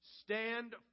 stand